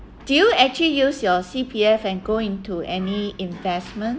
do you actually use your C_P_F and go into any investment